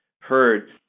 heard